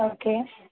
okay